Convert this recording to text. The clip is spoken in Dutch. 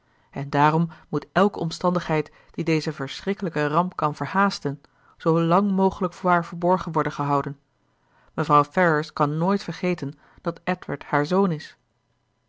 en daarom moet elke omstandigheid die deze verschrikkelijke ramp kan verhaasten zoo lang mogelijk voor haar verborgen worden gehouden mevrouw ferrars kan nooit vergeten dat edward haar zoon is